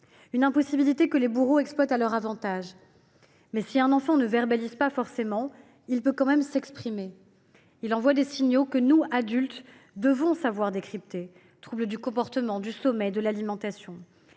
une impossibilité que les bourreaux exploitent à leur avantage. Mais si un enfant ne verbalise pas forcément, il peut quand même s’exprimer. Il envoie des signaux que nous, adultes, devons savoir décrypter : troubles du comportement, du sommeil, de l’alimentation.